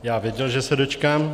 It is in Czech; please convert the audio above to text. Já věděl, že se dočkám.